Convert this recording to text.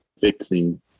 fixing